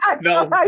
No